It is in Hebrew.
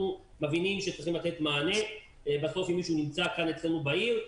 מבינים שצריך לתת מענה למי שנמצא אצלנו בעיר.